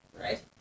Right